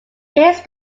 his